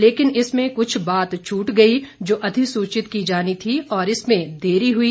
लेकिन इसमें कुछ बात छूट गई जो अधिसूचित की जानी थी और इसमें देरी हुई